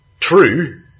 true